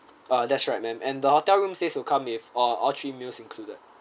ah that's right ma'am and the hotel room stays will come with ah all three meals included